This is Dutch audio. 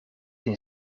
een